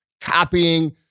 copying